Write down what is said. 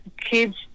kids